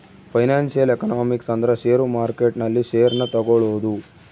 financial economics ಅಂದ್ರ share market ನಲ್ಲಿ share ನ ತಗೋಳೋದು